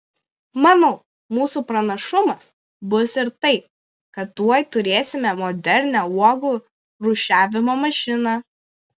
manau mūsų pranašumas bus ir tai kad tuoj turėsime modernią uogų rūšiavimo mašiną